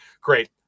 great